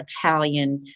Italian